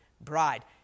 bride